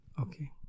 Okay